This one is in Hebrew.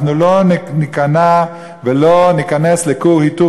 אנחנו לא ניכנע ולא ניכנס לכור היתוך